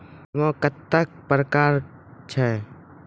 बीमा कत्तेक प्रकारक छै?